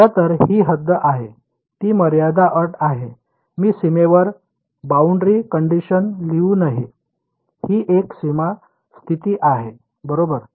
तर खरं तर ही हद्द आहे ती मर्यादा अट आहे मी सीमेवर बाउंड्री कंडीशन लिहू नये ही एक सीमा स्थिती आहे बरोबर